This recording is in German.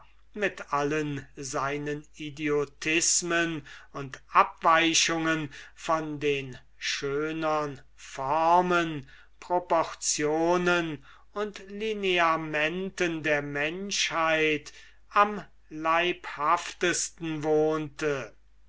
mit allen seinen idiotismen und abweichungen von den schönern formen proportionen und lineamenten der menschheit am leibhaftesten wohnte